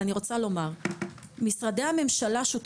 מכובדיי כולם, אני כבר מתנצל ואומר שאני לא